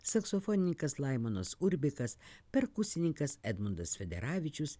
saksofonininkas laimonas urbikas perkusininkas edmundas federavičius